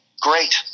great